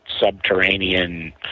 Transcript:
subterranean